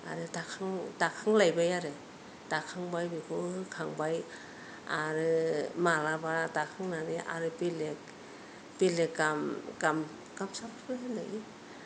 आरो दाखां दाखांलायबाय आरो दाखांबाय बेखौ होखांबाय आरो मालाबा दाखांनानै आरो बेलेख बेलेख गामसाफोरबो होनजायो